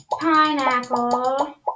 pineapple